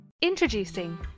Introducing